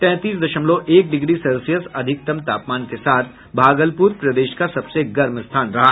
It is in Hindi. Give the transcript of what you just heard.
तैंतीस दशमलव एक डिग्री सेल्सियस अधिकतम तापमान के साथ भागलपुर प्रदेश का सबसे गर्म स्थान रहा